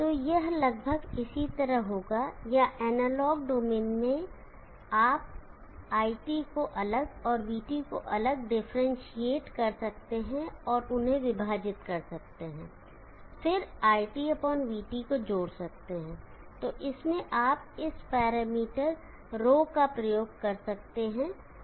तो यह लगभग इसी तरह होगा या एनालॉग डोमेन मैं आप iT को अलग और vT को अलग डिफरेंटशिएट कर सकते हैं उन्हें विभाजित कर सकते हैं और फिर iTvT को जोड़ सकते हैं तो इसमें आप इस पैरामीटर ρ का प्रयोग कर सकते हैं